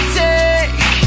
take